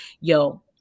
yo